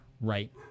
right